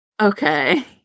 Okay